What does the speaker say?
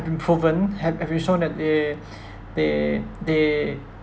have been proven have already shown that they they they